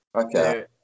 Okay